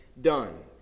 done